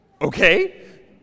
okay